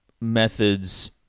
methods